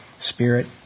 Spirit